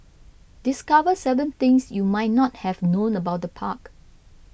discover seven things you might not have known about the park